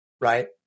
Right